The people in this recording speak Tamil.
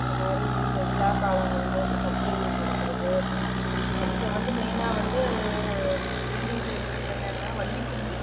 அந்த மாதிரி இந்த விழாக்காலங்களில் இந்த கச்சேரி நடத்தறது இப்போ வந்து மெயினாக வந்து இப்போ டிரெண்டிங்கில் இருக்கிறது என்னென்னனா வள்ளிக்கும்மி